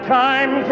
time